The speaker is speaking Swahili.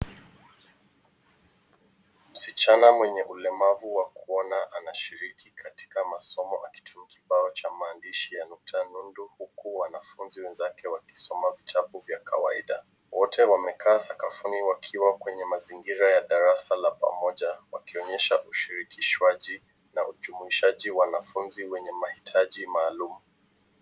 Msichana mwenye ulemavu wa kuona anashiriki katika masomo akitumia kibao cha maandishi ya nukta nundu huku wanafunzi wenzake wakisoma vitabu vya kawaida. Wote wamekaa sakafuni wakiwa kwenye mazingira ya darasa la pamoja; wakionyesha ushirikishwaji na ujumuishaji wanafunzi wenye mahitaji maalum.